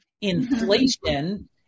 inflation